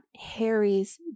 Harry's